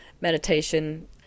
meditation